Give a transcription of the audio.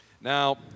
Now